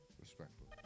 Respectful